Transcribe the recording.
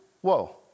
Whoa